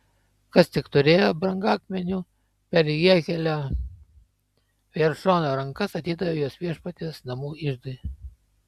kas tik turėjo brangakmenių per jehielio geršono rankas atidavė juos viešpaties namų iždui